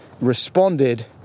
responded